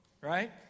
Right